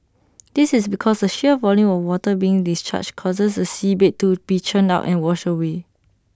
this is because the sheer volume of water being discharged causes the seabed to be churned and washed away